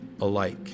alike